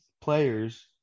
players